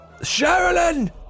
Sherilyn